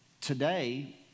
today